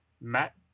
Matt